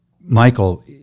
Michael